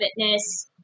fitness